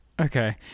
okay